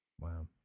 Wow